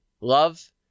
love